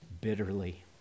bitterly